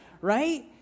right